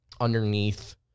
underneath